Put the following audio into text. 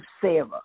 Sarah